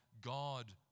God